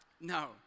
No